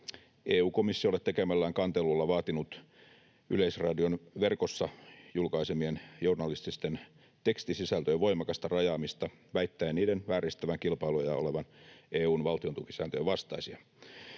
EU-komissiolle tekemällään kantelulla vaatinut Yleisradion verkossa julkaisemien journalististen tekstisisältöjen voimakasta rajaamista, väittäen niiden vääristävän kilpailua ja olevan EU:n valtiontukisääntöjen vastaisia.